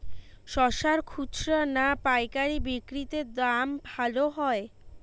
শশার খুচরা না পায়কারী বিক্রি তে দাম ভালো হয়?